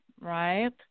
right